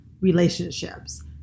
relationships